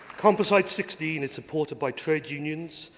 composite sixteen is supported by trade unions,